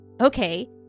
okay